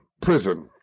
prison